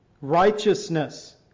righteousness